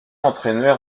entraîneur